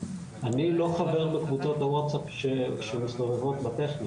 אני לא חבר בקבוצות הווטסאפ שמסתובבות בטכניון.